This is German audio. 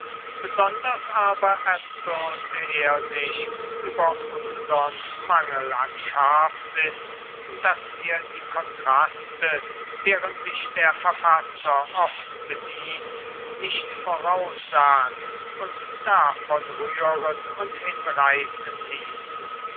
besonders aber erzürnte er sich über unsern mangel an scharfsinn daß wir die kontraste deren sich der verfasser oft bedient nicht voraussahen uns davon rühren und hinreißen ließen